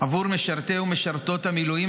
עבור משרתי ומשרתות המילואים,